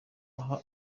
aha